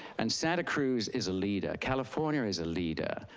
and santa cruz is a leader, california is a leader.